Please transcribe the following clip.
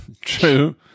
True